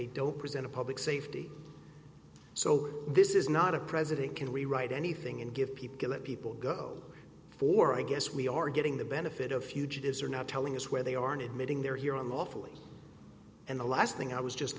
they don't present a public safety so this is not a president can rewrite anything and give people to let people go for i guess we are getting the benefit of fugitives are now telling us where they aren't admitting they're here on the awfully and the last thing i was just